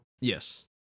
Yes